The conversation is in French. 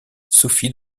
sophie